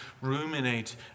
ruminate